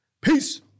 peace